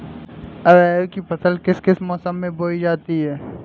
अरहर की फसल किस किस मौसम में बोई जा सकती है?